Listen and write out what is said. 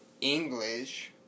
English